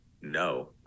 no